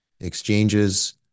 exchanges